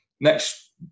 next